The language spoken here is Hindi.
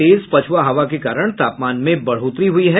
तेज पछुआ हवा के कारण तापमान में बढ़ोतरी हुई है